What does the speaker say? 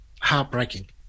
heartbreaking